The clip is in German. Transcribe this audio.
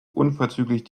unverzüglich